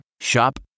Shop